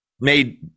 made